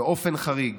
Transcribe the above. באופן חריג